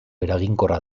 eraginkorra